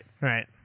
right